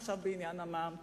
עכשיו בעניין המע"מ,